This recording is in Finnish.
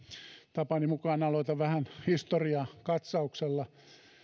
tapani mukaan aloitan vähän historiakatsauksella